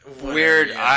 weird